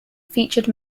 featured